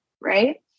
Right